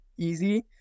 easy